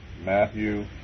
Matthew